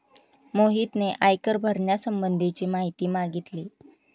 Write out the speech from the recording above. मोहितने आयकर भरण्यासंबंधीची माहिती मागितली